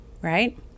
right